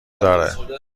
داره